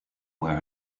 wear